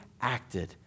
acted